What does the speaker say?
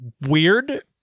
weird